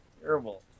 terrible